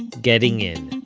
getting in.